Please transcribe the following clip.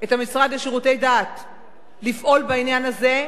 את המשרד לשירותי דת לפעול בעניין הזה,